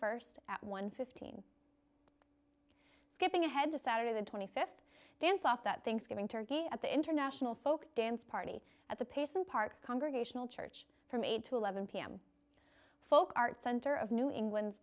first at one fifteen skipping ahead to saturday the twenty fifth dance off that thanksgiving turkey at the international folk dance party at the pace in park congregational church from eight to eleven pm folk art center of new england